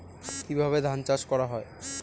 কিভাবে ধান চাষ করা হয়?